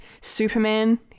Superman